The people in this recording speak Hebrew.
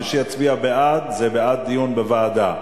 מי שיצביע בעד זה בעד דיון בוועדה,